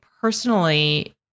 personally